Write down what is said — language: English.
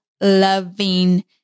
loving